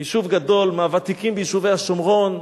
יישוב גדול, מהוותיקים ביישובי השומרון,